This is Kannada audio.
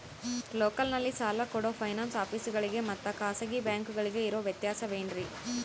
ಲೋಕಲ್ನಲ್ಲಿ ಸಾಲ ಕೊಡೋ ಫೈನಾನ್ಸ್ ಆಫೇಸುಗಳಿಗೆ ಮತ್ತಾ ಖಾಸಗಿ ಬ್ಯಾಂಕುಗಳಿಗೆ ಇರೋ ವ್ಯತ್ಯಾಸವೇನ್ರಿ?